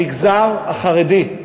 המגזר החרדי,